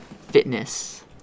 fitness